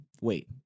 Wait